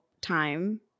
time